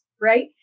right